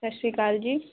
ਸਤਿ ਸ਼੍ਰੀ ਅਕਾਲ ਜੀ